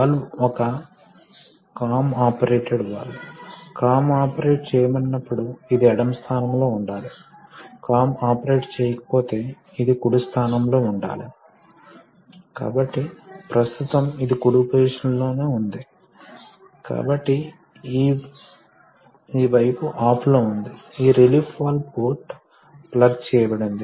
కాబట్టి మేము హైడ్రాలిక్ సర్క్యూట్లను గీసేటప్పుడు మేము ప్రక్కన సింబల్ చూపిస్తాము ఎందుకంటే రాబోయే పాఠాలలో మనం హైడ్రాలిక్ సర్క్యూట్లను గీస్తాము తద్వారా మనకు అర్థం అవుతుంది కాబట్టి ఇది మనకు రెండు ఫిల్టర్లు ఉన్న రిజర్వాయర్ చిహ్నం